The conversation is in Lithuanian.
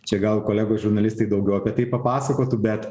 čia gal kolegos žurnalistai daugiau apie tai papasakotų bet